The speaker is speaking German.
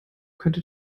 könnte